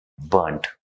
burnt